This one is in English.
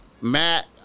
Matt